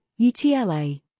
UTLA